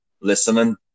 listening